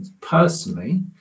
personally